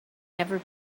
never